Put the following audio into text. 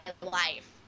life